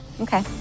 Okay